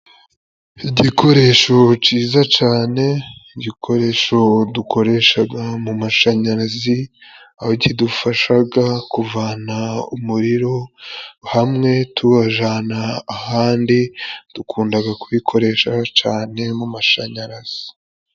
Igikoresho ciza cane gikoresho dukoreshaga mu mashanyarazi, aho kidufashaga kuvana umuriro hamwe tuwujana ahandi, dukundaga kubikoresha cane mu mashanyarazi.